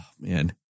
man